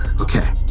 Okay